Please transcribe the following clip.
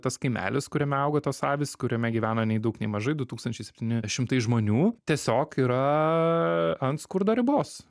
tas kaimelis kuriame auga tos avys kuriame gyvena nei daug nei mažai du tūkstančiai septyni šimtai žmonių tiesiog yra ant skurdo ribos